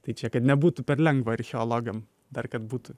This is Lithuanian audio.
tai čia kad nebūtų per lengva archeologam dar kad būtų